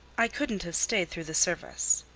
i couldn't have stayed through the service.